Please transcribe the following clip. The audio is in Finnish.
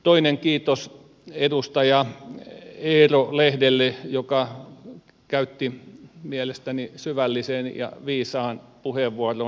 toinen kiitos edustaja eero lehdelle joka käytti mielestäni syvällisen ja viisaan puheenvuoron